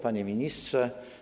Panie Ministrze!